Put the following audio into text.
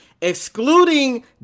excluding